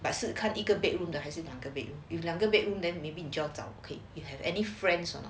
but 是看一个 bedroom 的还是两个 if 两个 bedroom then maybe in okay you have any friends